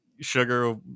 sugar